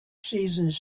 seasons